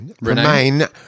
remain